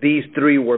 these three were